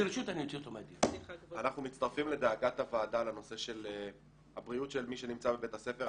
אנחנו מצטרפים לדאגת הוועדה לנושא של הבריאות של מי שנמצא בבית הספר.